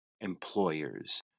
employers